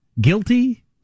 guilty